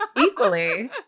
equally